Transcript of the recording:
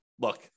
look